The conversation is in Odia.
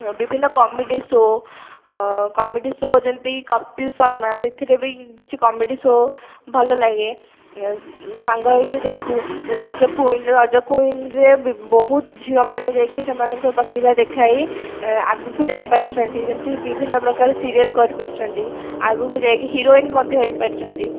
ବିଭିନ୍ନ କମେଡ଼ି ସୋ କମେଡ଼ି ସୋ ଯେମିତି କପିଲ୍ ଶର୍ମା ସେଇଥିରେ ବି କିଛି କମେଡ଼ି ସୋ ଭଲ ଲାଗେ ସାଙ୍ଗ ହୋଇକି ଦେଖୁ ରଜ କୁଇନ୍ ରଜ କୁଇନରେ ବି ବହୁତ ଝିଅମାନେ ଯାଇକି ସେମାନଙ୍କର ପ୍ରତିଭା ଦେଖାଇ ଆଗକୁ ଯାଇପାରିଛନ୍ତି ଯେମିତି ବିଭିନ୍ନ ପ୍ରକାର ସିରିଏଲ୍ କରିପାରିଛନ୍ତି ଆଗକୁ ଯାଇକି ହିରୋଇନ୍ ମଧ୍ୟ ହୋଇପାରିଛନ୍ତି